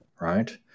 right